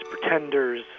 pretenders